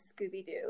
Scooby-Doo